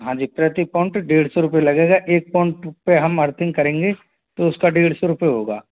हाँ जी प्रति पोंट डेढ़ सौ रुपये लगेगा एक पोंट पे हम अर्थिंग करेंगे तो उसका डेढ़ सौ रुपये होगा